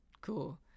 Cool